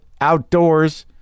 outdoors